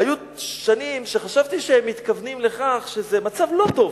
היו שנים שחשבתי שהם מתכוונים לכך שזה מצב לא טוב,